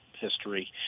History